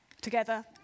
Together